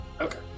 Okay